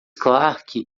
clark